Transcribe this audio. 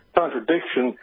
contradiction